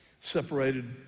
separated